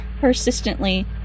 persistently